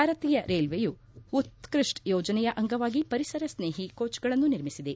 ಭಾರತೀಯ ರೈಲ್ವೆಯು ಉತ್ಪಷ್ಟ ಯೋಜನೆಯ ಅಂಗವಾಗಿ ಪರಿಸರ ಸ್ನೇಹಿ ಕೋಚ್ಗಳನ್ನು ನಿರ್ಮಿಸಿದೆ